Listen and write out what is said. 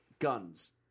Guns